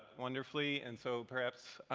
wonderfully, and so perhaps,